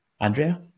Andrea